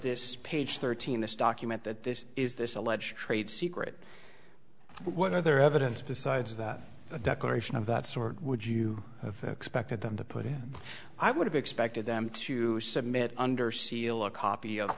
this page thirteen this document that this is this alleged trade secret what other evidence besides that declaration of that sort would you have expected them to put in i would have expected them to submit under seal a copy of